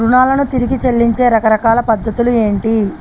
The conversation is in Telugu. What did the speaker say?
రుణాలను తిరిగి చెల్లించే రకరకాల పద్ధతులు ఏంటి?